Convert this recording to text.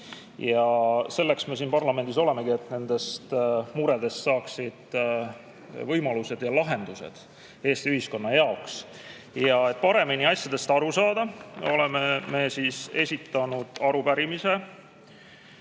Selleks me siin parlamendis olemegi, et nendest muredest saaksid võimalused ja lahendused Eesti ühiskonna jaoks. Et paremini asjadest aru saada, on kuus parlamendiliiget esitanud arupärimise.